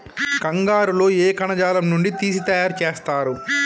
కంగారు లో ఏ కణజాలం నుండి తీసి తయారు చేస్తారు?